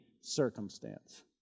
circumstance